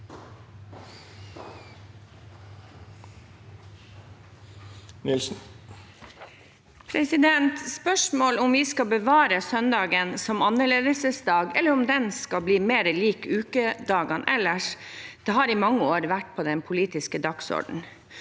Spørsmålet om vi skal bevare søndagen som annerledesdag, eller om den skal bli mer lik ukedagene ellers, har i mange år vært på den politiske dagsordenen.